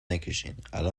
نکشینالان